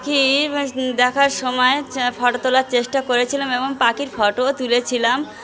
পাখি দেখার সময় ফটো তোলার চেষ্টা করেছিলাম এবং পাখির ফটোও তুলেছিলাম